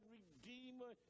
redeemer